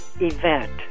event